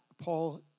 Paul